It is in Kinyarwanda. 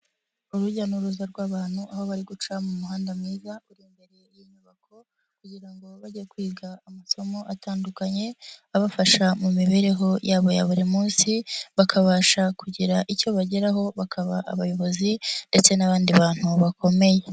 Urujya n'uruza rw'abantu aho bari guca mu muhanda mwiza, uri imbere y'inyubako kugira ngo bajye kwiga amasomo atandukanye, abafasha mu mibereho yabo ya buri munsi, bakabasha kugira icyo bageraho, bakaba abayobozi ndetse n'abandi bantu bakomeye.